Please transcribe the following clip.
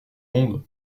monde